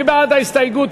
מי בעד ההסתייגות?